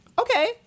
okay